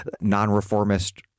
non-reformist